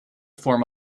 form